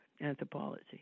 anthropology